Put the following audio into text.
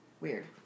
Weird